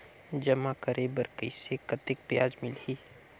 जमा करे बर कइसे कतेक ब्याज मिलही?